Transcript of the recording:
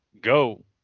Go